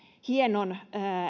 hienon